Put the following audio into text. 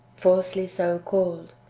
falsely so called.